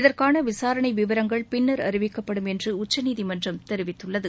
இதற்கான விசாரணை விவரங்கள் பின்னர் அறிவிக்கப்படும் என்று உச்சநீதிமன்றம் தெரிவித்துள்ளது